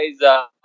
guys